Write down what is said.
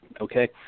okay